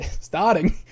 starting